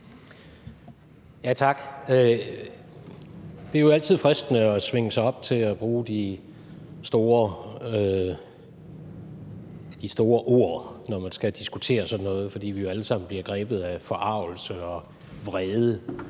Tak. Det er jo altid fristende at svinge sig op til at bruge de store ord, når man skal diskutere sådan noget, fordi vi jo alle sammen bliver grebet af forargelse og vrede